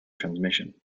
transmission